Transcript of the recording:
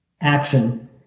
Action